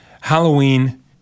Halloween